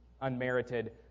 unmerited